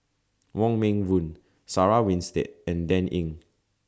Wong Meng Voon Sarah Winstedt and Dan Ying